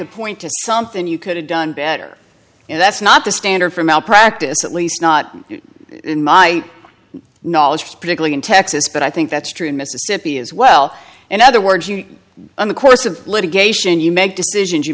can point to something you could have done better and that's not the standard for malpractise at least not in my knowledge particularly in texas but i think that's true in mississippi as well in other words you're on the course of litigation you make decisions you